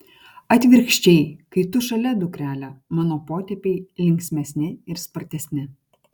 atvirkščiai kai tu šalia dukrele mano potėpiai linksmesni ir spartesni